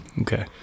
Okay